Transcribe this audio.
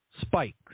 spikes